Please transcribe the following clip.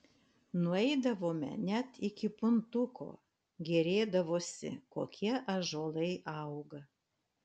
nueidavome net iki puntuko gėrėdavosi kokie ąžuolai auga